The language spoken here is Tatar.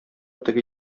теге